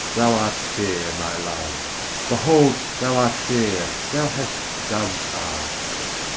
thou art fair, my love behold, thou art fair thou hast doves' eyes.